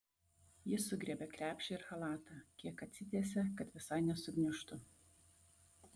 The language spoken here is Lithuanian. ji sugriebia krepšį ir chalatą kiek atsitiesia kad visai nesugniužtų